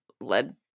led